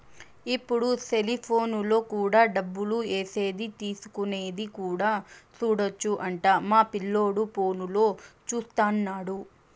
ఇప్పుడు సెలిపోనులో కూడా డబ్బులు ఏసేది తీసుకునేది కూడా సూడొచ్చు అంట మా పిల్లోడు ఫోనులో చూత్తన్నాడు